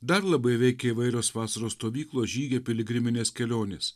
dar labai veikia įvairios vasaros stovyklos žygiai piligriminės kelionės